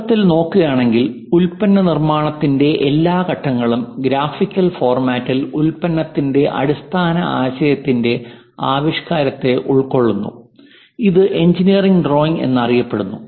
മൊത്തത്തിൽ നോക്കുക ആണെങ്കിൽ ഉൽപ്പന്ന നിർമ്മാണത്തിന്റെ എല്ലാ ഘട്ടങ്ങളും ഗ്രാഫിക്കൽ ഫോർമാറ്റിൽ ഉൽപ്പന്നത്തിന്റെ അടിസ്ഥാന ആശയത്തിന്റെ ആവിഷ്കാരത്തെ ഉൾക്കൊള്ളുന്നു ഇത് എഞ്ചിനീയറിംഗ് ഡ്രോയിംഗ് എന്നറിയപ്പെടുന്നു